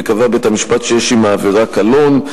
וקבע בית-המשפט שיש עם העבירה קלון.